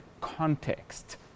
context